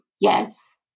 yes